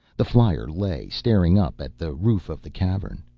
the flyer lay staring up at the roof of the cavern.